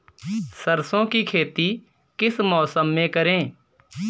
सरसों की खेती किस मौसम में करें?